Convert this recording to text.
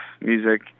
music